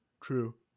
true